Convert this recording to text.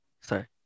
sorry